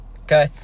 okay